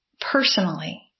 personally